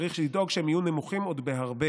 וצריך לדאוג שהם יהיו עוד נמוכים בהרבה,